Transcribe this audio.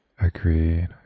agreed